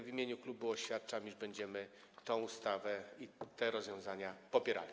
W imieniu klubu oświadczam, iż będziemy tę ustawę i te rozwiązania popierali.